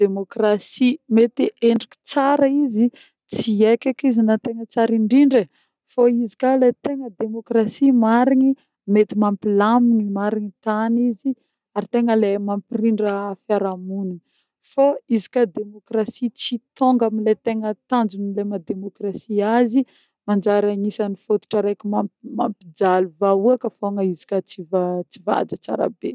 Demokrasia mety endriky tsara izy, tsy eky eky izy na tegna tsara indrindra e, fa izy koà le tegna demokrasia marigny mety mampilaminy marigny tany izy, ary tegna le mampirindra fiarahamonina fô izy koà demokrasia tsy tonga amin'le tegna tanjognin'le maha-demokrasia azy manjary agnisany fototra areky mampi-mampijaly vahoaka fogna izy koà tsy tsy voa-voahaja tsara be.